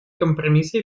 компромисса